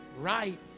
right